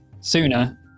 sooner